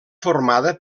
formada